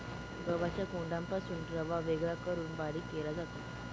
गव्हाच्या कोंडापासून रवा वेगळा करून बारीक केला जातो